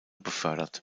befördert